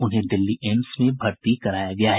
उन्हें दिल्ली एम्स में भर्ती कराया गया है